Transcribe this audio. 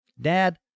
Dad